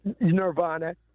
Nirvana